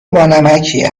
بانمکیه